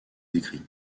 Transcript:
écrits